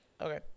Okay